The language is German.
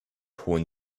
hohen